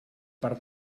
per